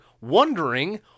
wondering